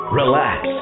relax